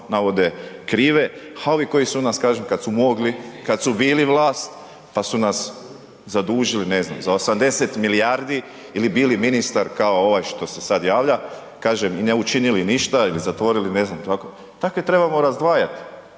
navode krive, a ovi koji su nas kažem kad su mogli, kad su bili vlast, pa su nas zadužili za 80 milijardi ili bili ministar kao ovaj što se sad javlja, kažem i ne učinili ništa ili zatvorili ne znam, takve trebamo razdvajat,